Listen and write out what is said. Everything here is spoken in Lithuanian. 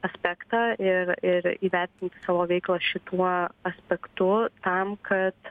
aspektą ir ir įvertinti savo veiklą šituo aspektu tam kad